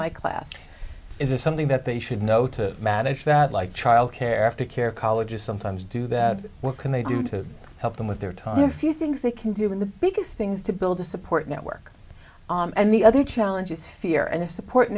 my class is this something that they should know to manage that like childcare aftercare colleges sometimes do that what can they do to help them with their time on a few things they can do in the biggest things to build a support network and the other challenge is fear and a support